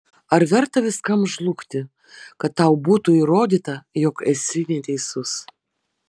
ar verta viskam žlugti kad tau būtų įrodyta jog esi neteisus